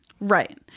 Right